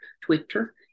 Twitter